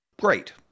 Great